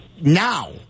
now